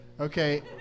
Okay